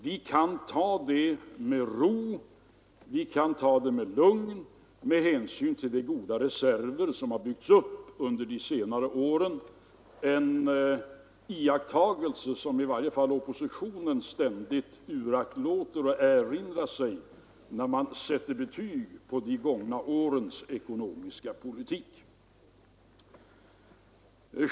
Vi kan ta det med lugn och ro med hänsyn till de goda reserver som har byggts upp under senare år — en iakttagelse som i varje fall oppositionens företrädare ständigt uraktlåter att göra när de sätter betyg på de gångna årens ekonomiska politik.